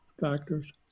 factors